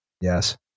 Yes